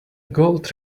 gold